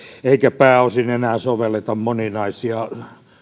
eikä pääosin enää sovelleta moninaisia